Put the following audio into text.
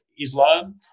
Islam